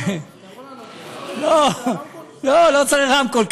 לא, לא צריך רמקול.